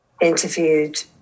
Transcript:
interviewed